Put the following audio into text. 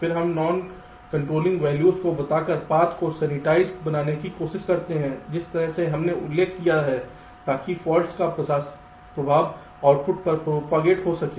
फिर हम non controlling values को बताकर पाथ को सेंसीटाइज़ बनाने की कोशिश करते हैं जिस तरह से हमने उल्लेख किया है ताकि फाल्ट का प्रभाव आउटपुट तक प्रोपागेट हो सके